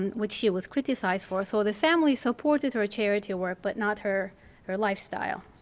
and which she was criticized for. so the family supported her ah charity work but not her her lifestyle.